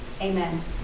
Amen